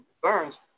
concerns